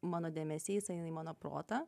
mano dėmesys eina į mano protą